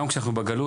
גם כשאנחנו בגלות,